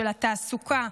של התעסוקה.